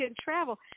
travel